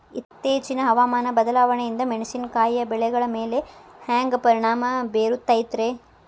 ಇತ್ತೇಚಿನ ಹವಾಮಾನ ಬದಲಾವಣೆಯಿಂದ ಮೆಣಸಿನಕಾಯಿಯ ಬೆಳೆಗಳ ಮ್ಯಾಲೆ ಹ್ಯಾಂಗ ಪರಿಣಾಮ ಬೇರುತ್ತೈತರೇ?